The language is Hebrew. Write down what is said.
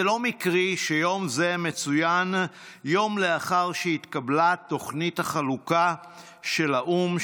זה לא מקרי שיום זה מצוין יום לאחר שהתקבלה תוכנית החלוקה של האו"ם,